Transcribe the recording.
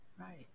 Right